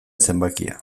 zenbakia